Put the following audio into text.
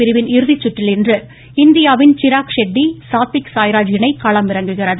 பிரிவின் இறுதிச் சுற்றில் இன்று இந்தியாவின் சிராக் ஷெட்டி சாத்விக் சாய்ராஜ் இணை களமிறங்குகிறது